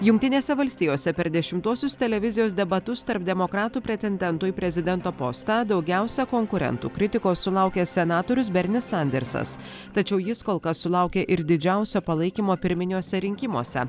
jungtinėse valstijose per dešimtuosius televizijos debatus tarp demokratų pretendentų į prezidento postą daugiausia konkurentų kritikos sulaukęs senatorius bernis sandersas tačiau jis kol kas sulaukė ir didžiausio palaikymo pirminiuose rinkimuose